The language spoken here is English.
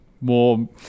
more